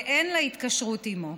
ואין לה התקשרות עימו.